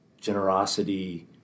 generosity